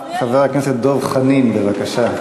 הדובר הבא, חבר הכנסת דב חנין, בבקשה.